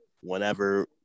whenever